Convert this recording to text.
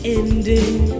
ending